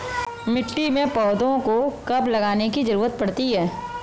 मिट्टी में पौधों को कब लगाने की ज़रूरत पड़ती है?